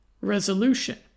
resolution